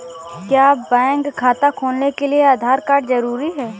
क्या बैंक खाता खोलने के लिए आधार कार्ड जरूरी है?